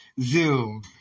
Zoom